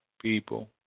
people